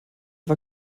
war